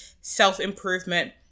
self-improvement